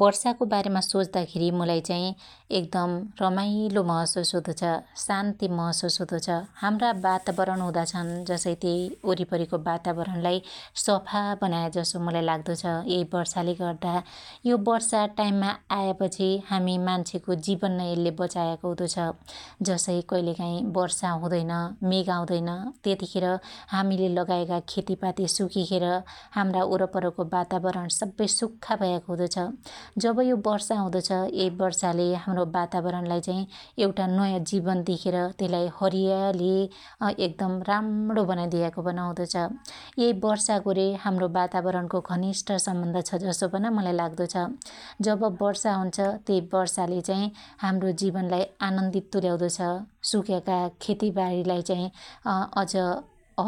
वर्षाको बारेमा सोज्दाखेरी मुलाई चाइ एकदम रमाइलो महशुस हुदो छ, शान्ति महशुस हुदो छ । हाम्रा वातावरण हुदा छन जसै त्यइ वरीपरीको वातावरणालाई सफा बनाया जसो मुलाइ लाग्दो छ । यै वर्षाले गर्दा यो वर्षा टाइममा आयापछि हामि मान्छेको जिवन नै यल्ले बचायाको हुदो छ । जसै कइलेकाइ वर्षा हुदैन मेग आउदैन त्यतिखेर हामिले लगायाका खेतिपाति सुकिखेर हाम्रा वरपरको वातावरण सब्बै सुख्खा भयाको हुदो छ । जब यो वर्षा हुदो छ यै वर्षाले हाम्रो वातावरणलाई चाइ एउटा नयाँ जिवन दिखेर त्यइलाई हरीयाली अएकदम राम्रो बनाइदियाको पन हुदो छ । यै वर्षाको रे हाम्रो वातावरणको घनिष्ठ सम्बन्ध छ जसो पन मुलाई लाग्दो छ । जब वर्षा हुन्छ जब त्यई वर्षाले चाइ हाम्रो जीवनलाई आनन्दित तुल्याउदो छ । सुक्याका खेती बाणी लाई चाइ अ अझ